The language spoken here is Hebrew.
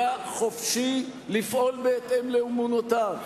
היה חופשי לפעול בהתאם לאמונותיו;